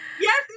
Yes